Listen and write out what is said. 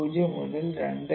0 മുതൽ 2